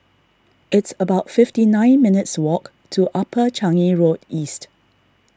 it's about fifty nine minutes' walk to Upper Changi Road East